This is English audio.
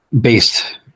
Based